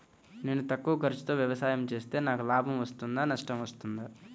నేను తక్కువ ఖర్చుతో వ్యవసాయం చేస్తే నాకు లాభం వస్తుందా నష్టం వస్తుందా?